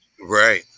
Right